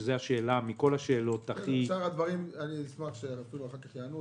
על שאר הדברים אני אשמח שיענו אחר כך.